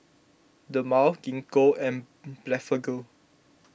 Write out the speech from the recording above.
Dermale Gingko and Blephagel